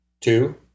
two